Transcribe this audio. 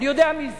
אני יודע מי זה.